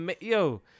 yo